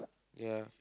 ya